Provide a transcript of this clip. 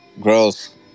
Gross